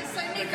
תסיימי, תסיימי.